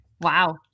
wow